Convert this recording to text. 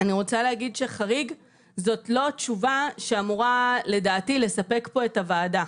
אני רוצה להגיד שחריג זאת לא התשובה שאמורה לדעתי לספק פה את הוועדה.